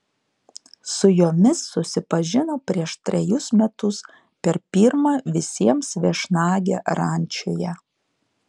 su jomis susipažino prieš trejus metus per pirmą visiems viešnagę rančoje